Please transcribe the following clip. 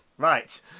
Right